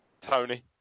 Tony